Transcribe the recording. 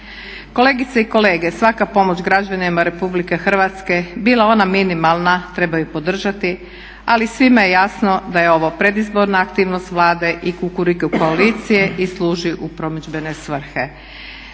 Kolegice i kolege svaka pomoć građanima RH bila ona minimalna treba je podržati, ali svima je jasno da je ovo predizborna aktivnost Vlade i Kukuriku koalicije i služi u promidžbene svrhe.